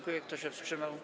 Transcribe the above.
Kto się wstrzymał?